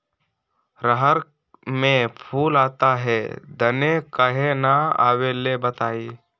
रहर मे फूल आता हैं दने काहे न आबेले बताई?